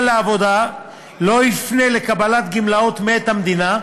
לעבוד לא יפנה לקבלת גמלאות מאת המדינה,